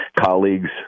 colleagues